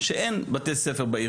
שאין מספיק בתי ספר בעיר